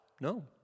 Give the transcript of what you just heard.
No